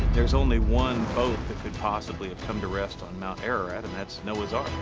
there's only one boat that could possibly have come to rest on mount ararat, and that's noah's ark.